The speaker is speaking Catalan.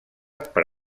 per